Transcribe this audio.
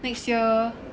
next year